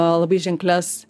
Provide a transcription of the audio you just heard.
labai ženklias